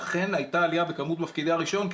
ואכן הייתה עלייה בכמות מפקידי הרישיון.